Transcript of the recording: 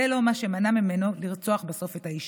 זה לא מה שמנע ממנו לרצוח לבסוף את האישה.